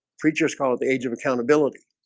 preachers call it the age of accountability